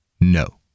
No